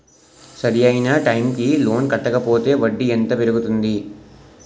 సరి అయినా టైం కి లోన్ కట్టకపోతే వడ్డీ ఎంత పెరుగుతుంది?